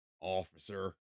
officer